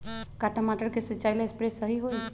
का टमाटर के सिचाई ला सप्रे सही होई?